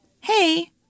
hey